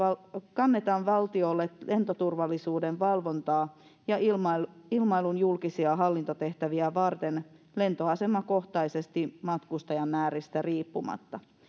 kannetaan valtiolle lentoturvallisuuden valvontaa ja ilmailun ilmailun julkisia hallintotehtäviä varten lentoasemakohtaisesti matkustajamääristä riippuen